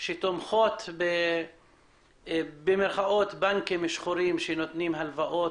שתומכות ב"בנקים שחורים" שנותנים הלוואות